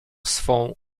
swą